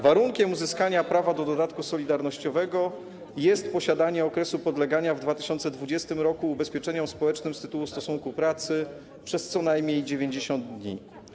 Warunkiem uzyskania prawa do dodatku solidarnościowego jest posiadanie okresu podlegania w 2020 r. ubezpieczeniom społecznym z tytułu stosunku pracy przez co najmniej 90 dni.